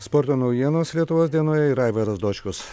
sporto naujienos lietuvos dienoje ir aivaras dočkus